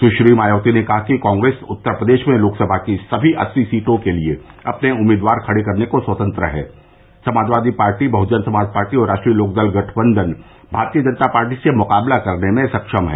सुश्री मायावती ने कहा कि कांग्रेस उत्तर प्रदेश में लोकसभा की सभी अस्सी सीटों के लिए अपने उम्मीदवार खड़े करने को स्वतंत्र है समाजवादी पार्टी बहुजन समाज पार्टी और राष्ट्रीय लोक दल गठबंधन भारतीय जनता पार्टी से मुकबला करने में सक्षम है